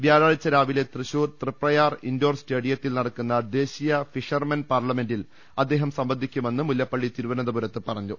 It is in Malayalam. വ്യാഴാഴ്ച രാവിലെ തൃശ്ശൂർ തൃപ്രയാർ ഇൻഡോർ സ്റ്റേഡിയത്തിൽ നട ക്കുന്ന ദേശീയ ഫിഷർമെൻ പാർലമെന്റിൽ അദ്ദേഹം സംബന്ധിക്കുമെന്ന് മുല്ലപ്പള്ളി തിരുവനന്തപുരത്ത് പറഞ്ഞു